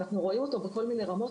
אנחנו רואים אותו בכל מיני רמות,